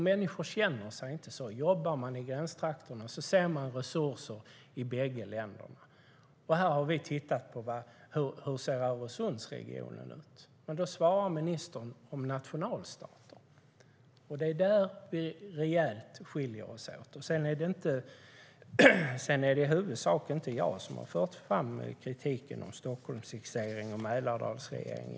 Människor känner sig inte så. Jobbar man i gränstrakterna ser man resurser i bägge länderna. Vi har tittat på hur Öresundsregionen ser ut, men ministern ger svar om nationalstater. Det är där vi rejält skiljer oss åt. Sedan är det inte i huvudsak jag som har fört fram kritiken om Stockholmsfixering och Mälardalsregering.